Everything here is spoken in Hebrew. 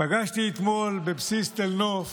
פגשתי אתמול בבסיס תל נוף